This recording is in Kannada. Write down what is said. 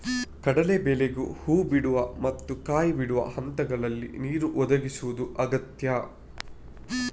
ಕಡಲೇ ಬೇಳೆಗೆ ಹೂ ಬಿಡುವ ಮತ್ತು ಕಾಯಿ ಬಿಡುವ ಹಂತಗಳಲ್ಲಿ ನೀರು ಒದಗಿಸುದು ಅಗತ್ಯ